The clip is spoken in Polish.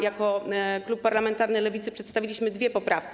Jako klub parlamentarny Lewicy przedstawiliśmy dwie poprawki.